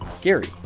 ah gary,